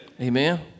Amen